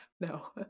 No